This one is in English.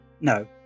No